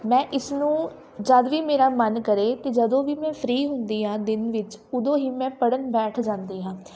ਮੈਂ ਇਸ ਨੂੰ ਜਦ ਵੀ ਮੇਰਾ ਮਨ ਕਰੇ ਕਿ ਜਦੋਂ ਵੀ ਮੈਂ ਫਰੀ ਹੁੰਦੀ ਹਾਂ ਦਿਨ ਵਿੱਚ ਉਦੋਂ ਹੀ ਮੈਂ ਪੜ੍ਹਨ ਬੈਠ ਜਾਂਦੀ ਹਾਂ